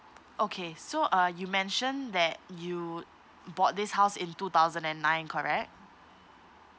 okay so uh you mentioned that you bought this house in two thousand and nine correct